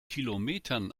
kilometern